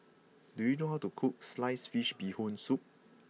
do you know how to cook Sliced Fish Bee Hoon Soup